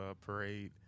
parade